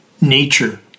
nature